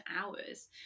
hours